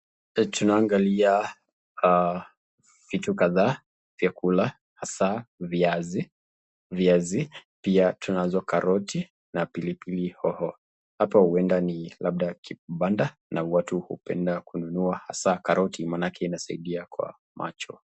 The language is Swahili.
Tunaangalia vitu kadhaa vyakula hasaa viazi pia tunazo karoti na pilipilihoho. Hapa huenda ni labda kibanda na watu hupenda kununua hasa karoti maanake inasaidia kwa macho.